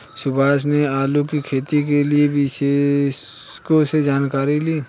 सुभाष ने आलू की खेती के लिए विशेषज्ञों से जानकारी ली